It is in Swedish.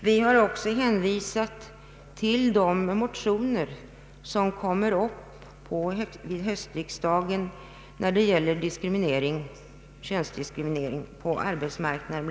Vi har också hänvisat till de motioner som kommer att behandlas vid höstriksdagen när det gäller könsdiskriminering bl.a. på ar betsmarknaden.